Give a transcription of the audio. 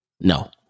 No